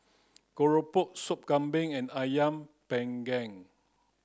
Keropok Soup Kambing and Ayam panggang